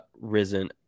risen